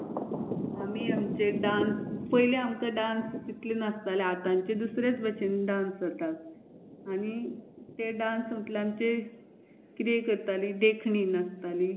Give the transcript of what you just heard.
hello doctor हांयें insurance केल्लो गेले ते म्हयन्या नोव्हंबरांत तो म्हाजो दात दांताचो तो म्हाका तो आजुनूय आसा म्हाजो इन्शुरंस